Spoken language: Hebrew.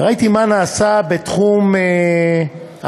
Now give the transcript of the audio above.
וראיתי מה נעשה בתחום המעונות,